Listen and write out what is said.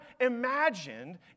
imagined